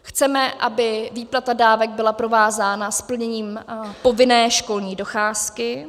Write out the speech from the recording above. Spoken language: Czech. Chceme, aby výplata dávek byla provázána s plněním povinné školní docházky.